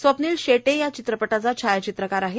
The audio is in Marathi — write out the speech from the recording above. स्वप्नील शेटे या चित्रपटाचा छायाचित्रकार आहे